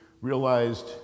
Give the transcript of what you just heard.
realized